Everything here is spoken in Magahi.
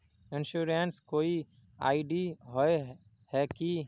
इंश्योरेंस कोई आई.डी होय है की?